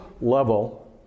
level